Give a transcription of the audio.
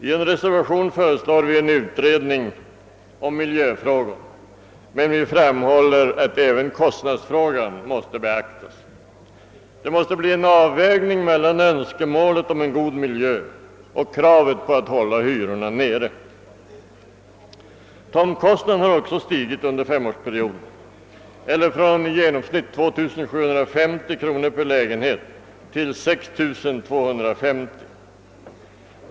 I en reservation föreslår vi en utredning om miljöfrågan, men vi framhåller att även kostnadsfrågan måste beaktas. Det måste bli en avvägning mellan önskemålet om en god miljö och kravet att hålla hyrorna nere. Tomtkostnaderna har också stigit under femårsperioden — från i genomsnitt 2 750 kronor per lägenhet till 6 250 kronor.